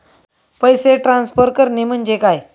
पैसे ट्रान्सफर करणे म्हणजे काय?